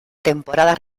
temporada